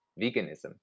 veganism